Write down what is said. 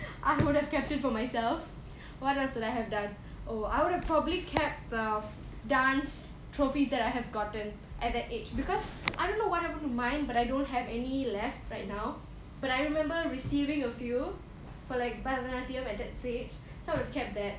I would have kept it for myself what else would I have done oh I would have probably kept err dance trophies that I have gotten at that age because I don't know what happened to mine but I don't have any left right now but I remember receiving a few for like பரதநாட்டியம்:bharadhanaattiyam at that stage so I would have kept that